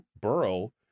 borough